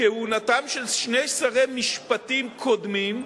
בכהונתם של שני שרי משפטים קודמים,